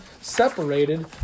separated